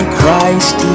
Christ